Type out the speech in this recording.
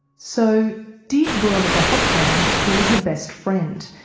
so did boronika hothnyang kill her best friend?